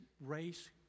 race